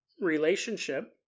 relationship